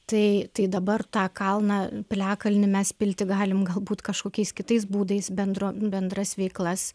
tai tai dabar tą kalną piliakalnį mes pilti galim galbūt kažkokiais kitais būdais bendro bendras veiklas